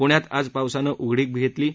पुण्यात आज पावसानं उघडीपधेतली आहे